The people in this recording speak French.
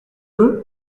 deux